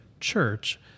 church